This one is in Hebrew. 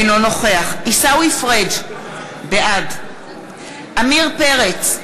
אינו נוכח עיסאווי פריג' בעד עמיר פרץ,